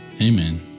Amen